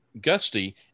Gusty